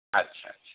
अच्छा अच्छा